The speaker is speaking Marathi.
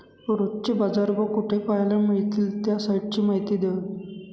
रोजचे बाजारभाव कोठे पहायला मिळतील? त्या साईटची माहिती द्यावी